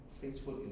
faithful